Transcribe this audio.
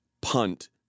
punt